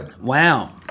Wow